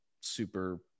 super